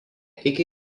iki